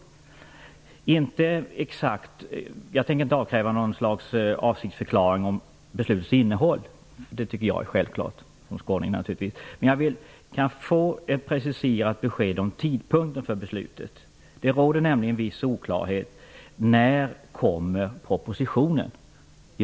Jag tänker som skåning självfallet inte avkräva statsrådet någon avsiktsförklaring om beslutets innehåll, men jag skulle önska att jag kunde få ett preciserat besked om tidpunkten för beslutet. Det råder nämligen viss oklarhet om när propositionen kommer.